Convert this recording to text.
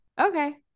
okay